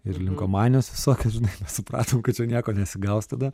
ir linkomanijos visokios žinai mes supratom kad čia nieko nesigaus tada